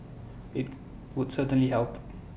IT would certainly help